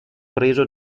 preso